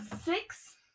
six